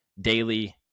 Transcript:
daily